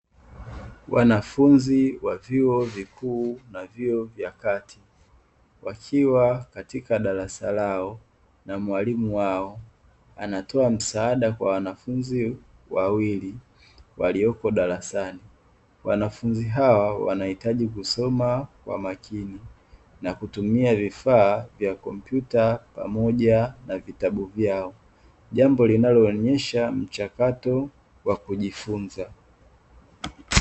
Wanafunzi wa vyuo vikuu na vyuo vya kati wakiwa katika darasa lao na mwalimu wao anatowa msaada kwa wanafunzi wawili walioko darasani, wanafunzi hawa wanahitaji kusoma kwa makini na kutumia vifaa vya kompyuta pamoja na vitabu vyao jambo linaloonysha mchakato wa kujifunza